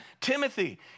Timothy